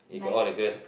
like